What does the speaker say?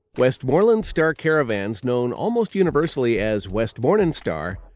westmorland star caravans known almost universally as west morning star,